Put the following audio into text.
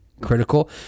critical